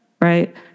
right